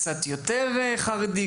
קצת יותר חרדי,